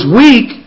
weak